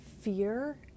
fear